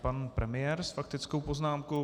Pan premiér s faktickou poznámkou.